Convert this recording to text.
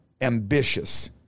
ambitious